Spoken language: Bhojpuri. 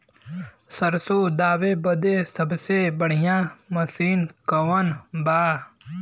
सरसों दावे बदे सबसे बढ़ियां मसिन कवन बा?